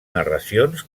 narracions